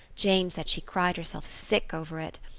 jane said she cried herself sick over it.